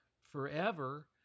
forever